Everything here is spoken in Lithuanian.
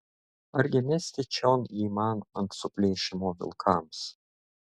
argi mesti čion jį man ant suplėšymo vilkams